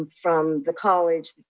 from the college,